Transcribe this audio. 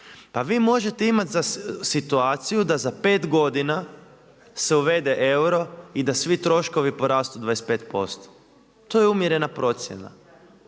Pa vi možete imati za situaciju da za 5 godina se uvede euro i da svi troškovi porastu 25%. To je umjerena procjena.